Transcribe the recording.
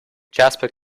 jasper